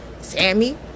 Sammy